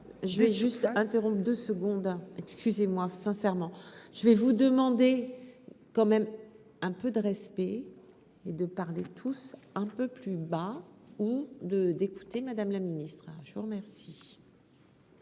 Je vais juste interrompre 2 secondes excusez moi sincèrement, je vais vous demander quand même un peu de respect et de parler tous un peu plus bas ou de d'écouter madame la ministre a je vous remercie.